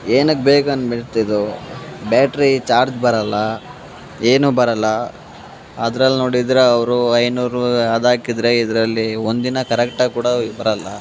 ಏನಕ್ಕೆ ಬೇಕು ಅಂದು ಬಿಡ್ತಿದು ಬ್ಯಾಟ್ರಿ ಚಾರ್ಜ್ ಬರೋಲ್ಲ ಏನು ಬರೋಲ್ಲ ಅದ್ರಲ್ಲಿ ನೋಡಿದರೆ ಅವರು ಐನೂರು ಅದಾಕಿದರೆ ಇದರಲ್ಲಿ ಒಂದು ದಿನ ಕರೆಕ್ಟಾಗಿ ಕೂಡ ಬರಲ್ಲ